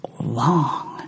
long